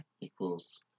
Equals